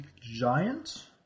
Giant